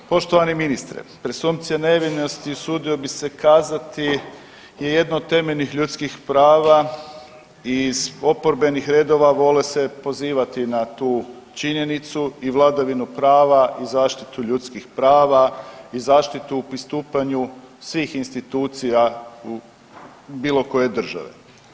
Poštovani ministre, presumpcija nevinosti, usudio bi se kazati je jedno od temeljnih ljudskih prava iz oporbenih redova, vole se pozivati na tu činjenicu i vladavinu prava i zaštitu ljudskih prava i zaštitu u pristupanju svih institucija u bilo koje države.